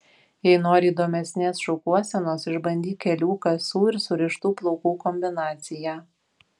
jei nori įdomesnės šukuosenos išbandyk kelių kasų ir surištų plaukų kombinaciją